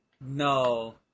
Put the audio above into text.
No